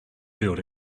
field